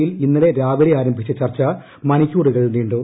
യിൽ ഇന്നലെ രാവിലെ ആരംഭിച്ച ചർച്ച മണിക്കൂറുകൾ നീണ്ടു